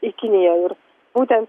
į kiniją ir būtent